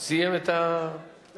אני